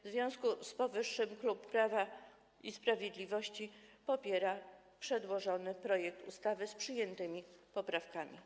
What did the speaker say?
W związku z powyższym klub Prawo i Sprawiedliwość popiera przedłożony projekt ustawy z przyjętymi poprawkami.